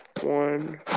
One